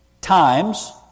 Times